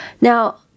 Now